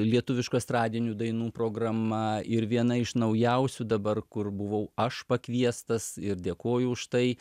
lietuviškų estradinių dainų programa ir viena iš naujausių dabar kur buvau aš pakviestas ir dėkoju už tai